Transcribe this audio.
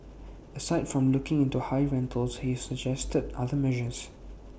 aside from looking into high rentals he suggested other measures